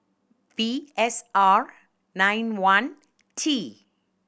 V S R nine one T